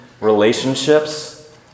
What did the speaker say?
relationships